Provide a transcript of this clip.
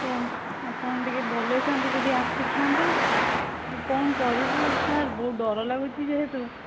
ତ ଆପଣ ଟିକିଏ ଭଲ ହେଇଥାନ୍ତା ଯଦି ଆସିଥାନ୍ତେ କ'ଣ କରିବୁ ସାର୍ ବହୁତ ଡର ଲାଗୁଛି ଯେହେତୁ